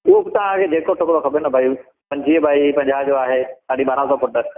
उहो बि तव्हांखे जेको खपे न भई पंजवीह भई पंजाह जो आहे साढी ॿारहां सौ फ़ुटु